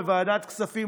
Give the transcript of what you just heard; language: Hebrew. בוועדת כספים,